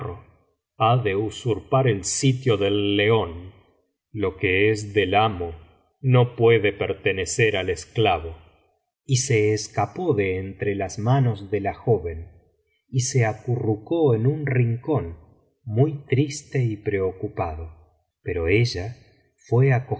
ha de usurpar el sitio del león lo que es del amo no puede pertenecer al esclavo y se escapó de entre las manos de la joven y se acurrucó en un rincón muy triste y preocupado pero ella fué